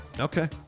Okay